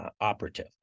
operative